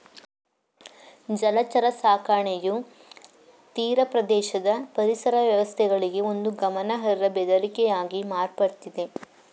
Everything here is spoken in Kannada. ಜಲಚರ ಸಾಕಣೆಯು ತೀರಪ್ರದೇಶದ ಪರಿಸರ ವ್ಯವಸ್ಥೆಗಳಿಗೆ ಒಂದು ಗಮನಾರ್ಹ ಬೆದರಿಕೆಯಾಗಿ ಮಾರ್ಪಡ್ತಿದೆ